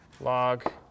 log